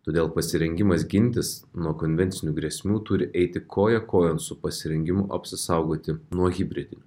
todėl pasirengimas gintis nuo konvencinių grėsmių turi eiti koja kojon su pasirengimu apsisaugoti nuo hibridinių